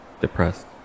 depressed